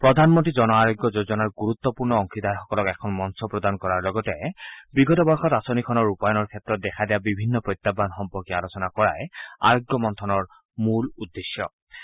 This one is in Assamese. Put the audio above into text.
প্ৰধানমন্ত্ৰী জন আৰোগ্য যোজনাৰ গুৰুত্ব পূৰ্ণ অংশীদাৰসকলক এখন মঞ্চ প্ৰদান কৰাৰ লগতে বিগত বৰ্ষৰ আঁচনিখন ৰূপায়ণৰ ক্ষেত্ৰত দেখা দিয়া বিভিন্ন প্ৰত্যাহ্মন সম্পৰ্কে আলোচনা কৰাই আৰোগ্য মন্থনৰ মুখ্য উদ্দেশ্যে